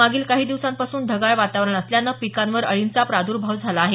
मागील काही दिवसांपासून ढगाळ वातावरण असल्यानं पिकांवर अळींचा प्राद्र्भाव झाला आहे